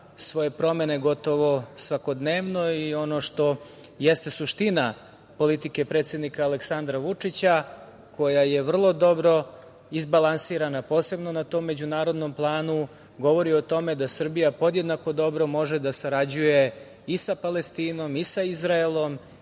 svoje promene gotovo svakodnevno. Ono što jeste suština politike predsednika Aleksandra Vučića, koja je vrlo dobro izbalansirana, posebno na tom međunarodnom planu, govori o tome da Srbija podjednako dobro može da sarađuje i sa Palestinom i sa Izraelom,